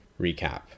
recap